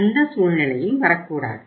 அந்த சூழ்நிலையும் வரக்கூடாது